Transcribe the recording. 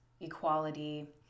equality